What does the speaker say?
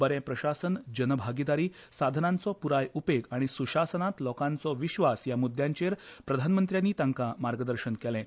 बरें प्रशासन जनभागिदारी साधनांचो पुराय उपेग आनी सुशासनात लोकांचो विस्वास ह्यामुद्याचेर प्रधानमंत्र्यांनी तांकां मार्गदर्शन केलें